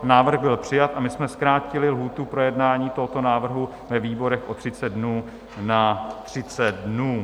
Návrh byl přijat a my jsme zkrátili lhůtu projednání tohoto návrhu ve výborech o 30 dnů na 30 dnů.